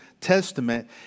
Testament